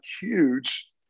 huge